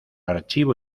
archivo